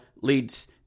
leads